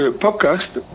podcast